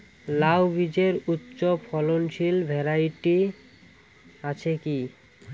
লাউ বীজের উচ্চ ফলনশীল ভ্যারাইটি আছে কী?